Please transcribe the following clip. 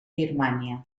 birmània